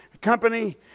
Company